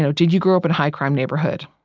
so did you grow up in a high crime neighborhood?